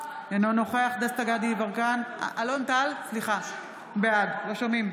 בעד דסטה גדי יברקן, אינו נוכח